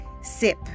sip